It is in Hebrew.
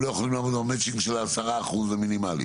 לא יכולים לעמוד במצ'ינג של ה-10% המינימלי?